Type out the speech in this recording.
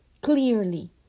Clearly